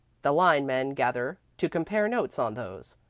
the line-men gather to compare notes on those.